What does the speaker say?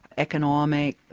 economic